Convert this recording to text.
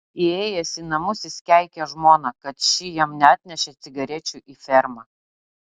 įėjęs į namus jis keikė žmoną kad ši jam neatnešė cigarečių į fermą